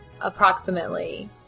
approximately